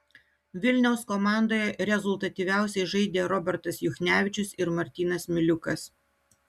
vilniaus komandoje rezultatyviausiai žaidė robertas juchnevičius ir martynas miliukas